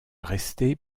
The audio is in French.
rester